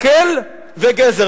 מקל וגזר.